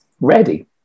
Ready